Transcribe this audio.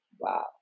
Wow